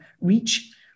REACH